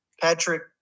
Patrick